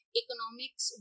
economics